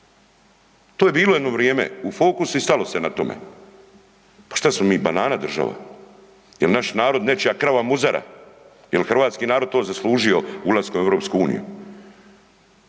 To je bilo jedno vrijeme u fokusu i stalo se na tome. Pa šta smo mi banana država? Jel naš narod nečija krava muzara? Jel hrvatski narod to zaslužio ulaskom u EU?